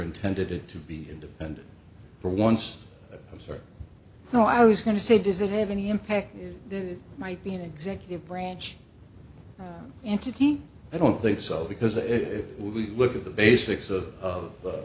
intended it to be independent for once i'm sorry no i was going to say does it have any impact then it might be an executive branch entity i don't think so because if we look at the basics of of